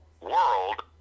world